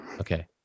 Okay